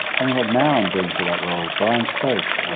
i mean, what marin brings to that role, brian stokes,